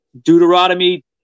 Deuteronomy